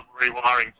rewiring